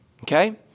okay